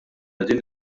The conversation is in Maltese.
qegħdin